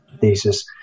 thesis